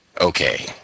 Okay